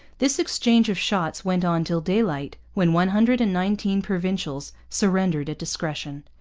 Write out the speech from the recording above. this exchange of shots went on till daylight, when one hundred and nineteen provincials surrendered at discretion.